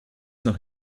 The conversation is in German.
noch